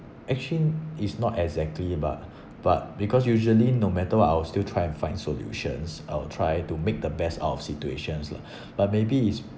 actually it's not exactly but but because usually no matter what I will still try and find solutions I will try to make the best out of situations lah but maybe it's